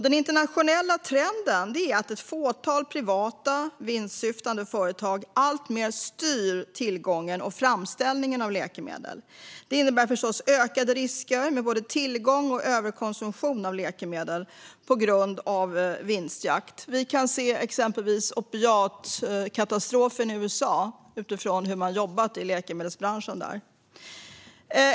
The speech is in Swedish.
Den internationella trenden är att ett fåtal privata och vinstsyftande företag alltmer styr tillgången till och framställningen av läkemedel. Det innebär förstås ökade risker med både tillgång och överkonsumtion av läkemedel på grund av vinstjakt. Vi kan se exempelvis opiatkatastrofen i USA utifrån hur man har jobbat i läkemedelsbranschen där.